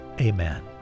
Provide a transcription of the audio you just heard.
Amen